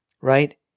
Right